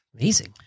Amazing